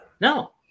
No